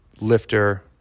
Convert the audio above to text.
lifter